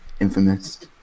infamous